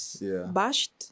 bashed